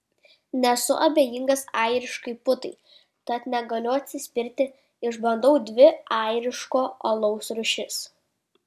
nesu abejingas airiškai putai tad negaliu atsispirti išbandau dvi airiško alaus rūšis